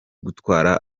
gutwara